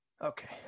Okay